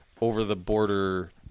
over-the-border